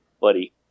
buddy